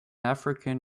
african